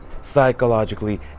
psychologically